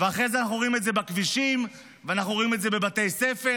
ואחרי זה אנחנו רואים את זה בכבישים ואנחנו רואים את זה בבתי הספר.